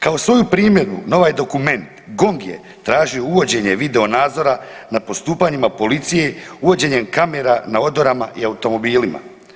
Kao svoju primjedbu na ovaj dokument, GONG je tražio uvođenje videonadzora na postupanjima policije uvođenjem kamera na odorama i automobilima.